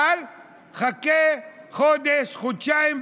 אבל חכה חודש-חודשיים,